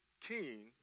king